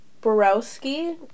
Borowski